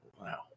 wow